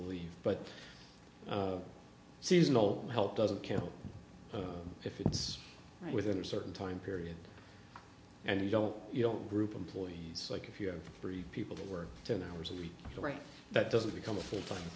believe but seasonal help doesn't count if it's within a certain time period and you don't you know group employees like if you have three people that were ten hours a week right that doesn't become a full time